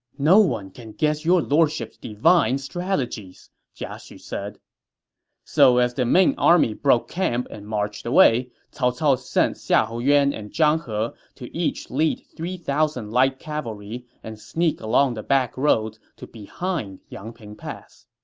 no one can guess your lordship's divine strategies, jia xu said so as the main army broke camp and marched away, cao cao sent xiahou yuan and zhang he to each lead three thousand light cavalry and sneak along the backroads to behind yangping pass.